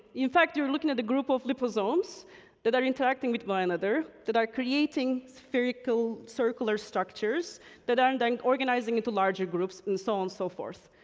in fact, you're looking at a group of liposomes that are interacting with one another that are creating spherical circular structures that are then and and organizing into larger groups, and so on so forth.